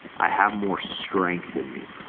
i have more strength than me,